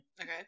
Okay